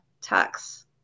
tax